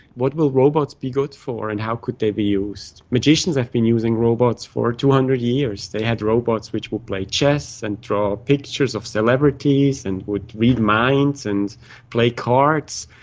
what will robots be good for and how could they be used? magicians have been using robots for two hundred years. they had robots which would play chess and draw pictures of celebrities and would read minds and play cards.